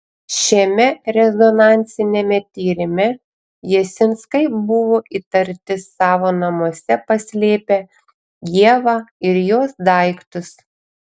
šiame rezonansiniame tyrime jasinskai buvo įtarti savo namuose paslėpę ievą ir jos daiktus